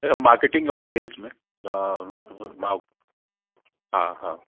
marketing ऐं sales में हा मां हा हा